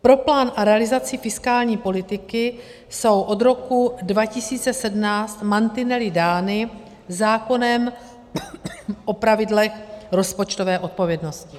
Pro plán a realizaci fiskální politiky jsou od roku 2017 mantinely dány zákonem o pravidlech rozpočtové odpovědnosti.